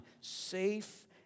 safe